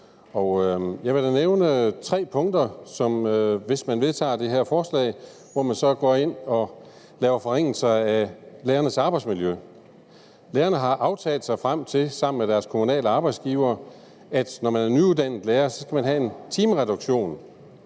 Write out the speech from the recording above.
jeg vil da nævne tre punkter, hvor man, hvis man vedtager det her forslag, så går ind og laver forringelser af lærernes arbejdsmiljø. Lærerne har aftalt sig frem til sammen med deres kommunale arbejdsgivere, at man, når man er nyuddannet lærer, så skal have en timereduktion.